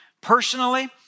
personally